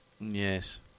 Yes